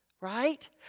Right